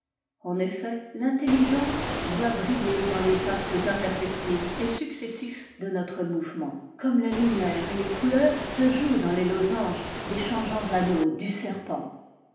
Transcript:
en effet l'intelligence doit briller dans les actes imperceptibles et successifs de notre mouvement comme la lumière et les couleurs se jouent dans les losanges des changeants anneaux du serpent